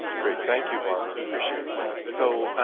great, thank you barbara. appreciate that. so,